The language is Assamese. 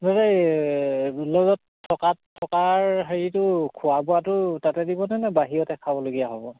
এই ল'জত থকাত থকাৰ হেৰিটো খোৱা বোৱাটো তাতে দিবনে নে বাহিৰতে খাবলগীয়া হ'ব